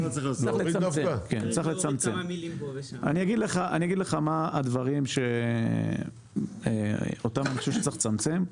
אני אגיד לך מה הדברים שאותם אני חושב שצריך לצמצם.